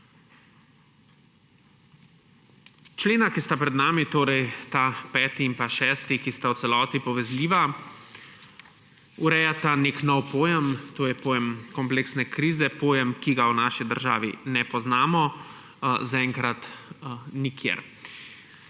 Člena, ki sta pred nami, torej ta 5. in pa 6., ki sta v celoti povezljiva, urejata nek nov pojem, to je pojem kompleksne krize, pojem, ki ga v naši državi ne poznamo zaenkrat nikjer.